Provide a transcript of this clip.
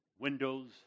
windows